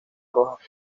roja